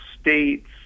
states